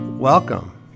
Welcome